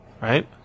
right